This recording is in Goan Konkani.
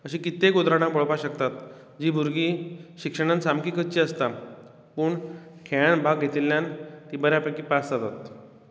अशी कित्येक उदारहणां पळोवपाक शकतात जी भुरगीं शिक्षणान सामकी कच्ची आसतात पूण खेळांत भाग घेतिल्ल्यान ती बऱ्या पेकी पास जातात